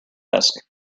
desk